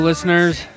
Listeners